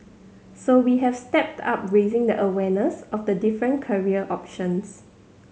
so we have stepped up raising the awareness of the different career options